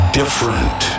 different